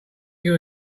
give